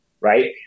right